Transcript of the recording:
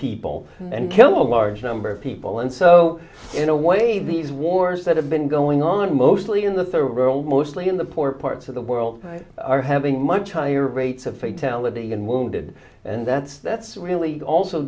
people and kill a large number of people and so in a way these wars that have been going on mostly in the third world mostly in the poorer parts of the world are having much higher rates of fatality and wounded and that's that's really also